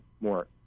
more